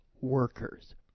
workers